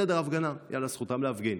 בסדר, הפגנה, יאללה, זכותם להפגין.